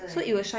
对